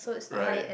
right